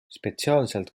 spetsiaalselt